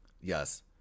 Yes